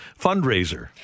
fundraiser